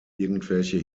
irgendwelche